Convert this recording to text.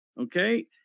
okay